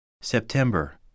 September